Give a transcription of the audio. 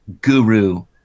guru